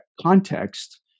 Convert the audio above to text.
context